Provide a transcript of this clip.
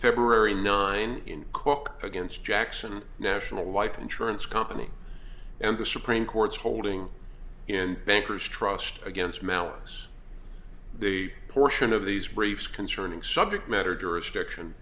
february nine in cook against jackson national life insurance company and the supreme court's holding and bankers trust against malice they portion of these briefs concerning subject matter jurisdiction